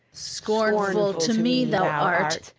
scornful to me thou art,